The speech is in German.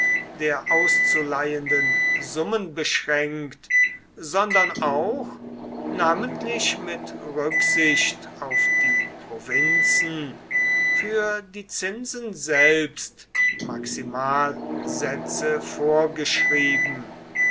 der auszuleihenden summen beschränkt sondern auch namentlich mit rücksicht auf die provinzen für die zinsen selbst maximalsätze vorgeschrieben